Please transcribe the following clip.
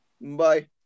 Bye